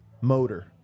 motor